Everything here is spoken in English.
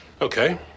Okay